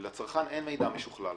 ולצרכן אין מידע משוכלל.